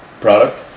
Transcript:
Product